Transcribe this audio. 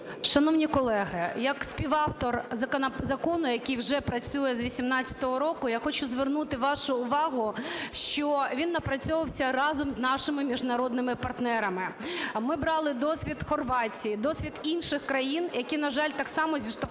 Шановні колеги, як співавтор закону, який вже працює з 18-го року, я хочу звернути вашу увагу, що він напрацьовувався разом з нашими міжнародними партнерами. Ми брали досвід Хорватії, досвід інших країн, які, на жаль, так само зіштовхнулися